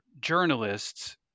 journalists